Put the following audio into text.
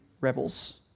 rebels